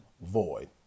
void